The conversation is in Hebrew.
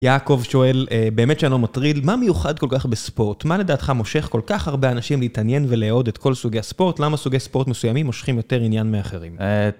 יעקב שואל, באמת שאני לא מטריל, מה מיוחד כל כך בספורט? מה לדעתך מושך כל כך הרבה אנשים להתעניין ולאהוד את כל סוגי הספורט? למה סוגי ספורט מסוימים מושכים יותר עניין מאחרים?